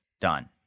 done